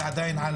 זה על המדוכה,